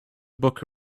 book